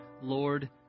Lord